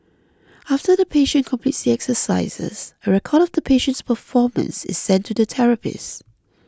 after the patient completes the exercises a record of the patient's performance is sent to the therapist